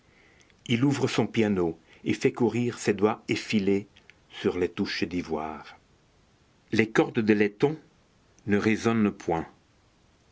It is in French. il ouvre son piano et fait courir ses doigts effilés sur les touches d'ivoire les cordes de laiton ne résonnent point